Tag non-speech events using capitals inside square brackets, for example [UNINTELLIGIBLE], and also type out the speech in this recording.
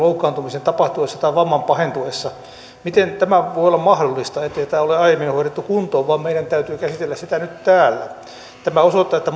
palvelusaikaisen loukkaantumisen tapahtuessa tai vamman pahentuessa miten tämä voi olla mahdollista että tätä ei ole aiemmin hoidettu kuntoon vaan meidän täytyy käsitellä sitä nyt täällä tämä osoittaa että [UNINTELLIGIBLE]